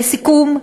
לסיכום,